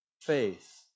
faith